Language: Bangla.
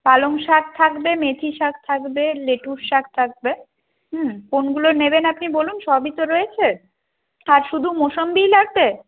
পালং শাক থাকবে মেথি শাক থাকবে লেটুস শাক থাকবে হুম কোনগুলো নেবেন আপনি বলুন সবই তো রয়েছে আর শুধু মুসাম্বিই লাগবে